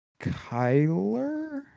Kyler